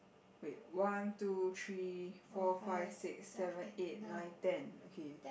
wait one two three four five six seven eight nine ten okay